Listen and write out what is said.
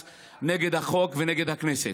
כבוד השר, שאלה אחת.